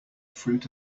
fruit